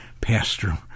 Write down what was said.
pastor